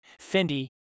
Fendi